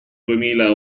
duemila